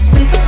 Six